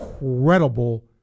incredible